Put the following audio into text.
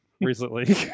recently